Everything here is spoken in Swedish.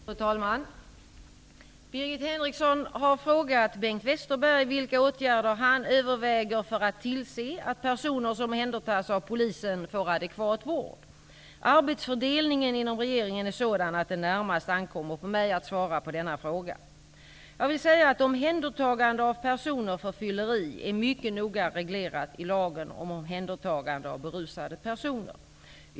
Fru talman! Birgit Henriksson har frågat Bengt Westerberg vilka åtgärder han överväger för att tillse att personer som omhändertas av polisen får adekvat vård. Arbetsfördelningen inom regeringen är sådan, att det närmast ankommer på mig att svara på denna fråga. Jag vill säga att omhändertagande av personer för fylleri är mycket noga reglerat i lagen om omhändertagande av berusade personer.